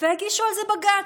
והגישו על זה בג"ץ.